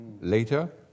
later